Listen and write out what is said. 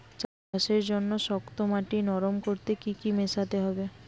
চাষের জন্য শক্ত মাটি নরম করতে কি কি মেশাতে হবে?